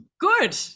good